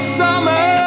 summer